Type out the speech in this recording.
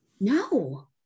no